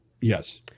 Yes